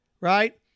right